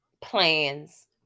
plans